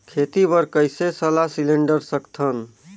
खेती बर कइसे सलाह सिलेंडर सकथन?